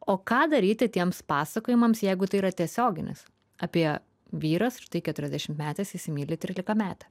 o ką daryti tiems pasakojimams jeigu tai yra tiesioginis apie vyras štai keturiasdešimtmetis įsimyli trylikametę